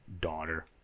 daughter